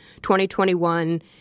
2021